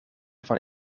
van